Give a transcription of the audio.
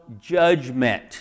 Judgment